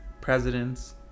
Presidents